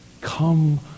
come